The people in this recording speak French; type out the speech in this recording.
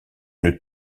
une